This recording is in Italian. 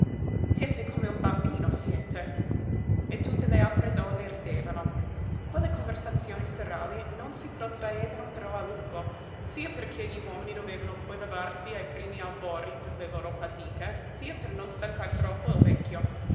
siete come un bambino siete e tutte le altre donne ridevano quelle conversazioni serali non si protraevano però a lungo sia perché gli uomini dovevano poi levarsi ai primi albori per le loro fatiche sia per non stancar troppo il vecchio